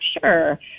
sure